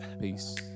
Peace